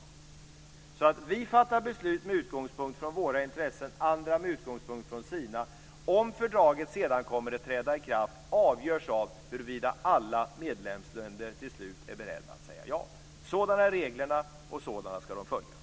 Alltså: Vi fattar beslut med utgångspunkt från våra intressen, andra med utgångspunkt från sina. Om fördraget sedan kommer att träda i kraft avgörs av huruvida alla medlemsländer till slut är beredda att säga ja. Sådana är reglerna, och sådana ska de följas.